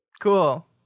Cool